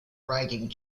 writing